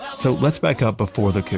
so, let's back up before the coup,